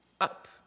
up